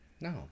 No